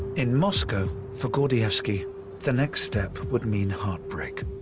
in moscow, for gordievsky the next step would mean heartbreak.